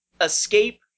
escape